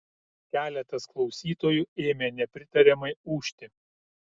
keletas klausytojų ėmė nepritariamai ūžti